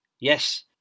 Yes